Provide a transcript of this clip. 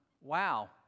wow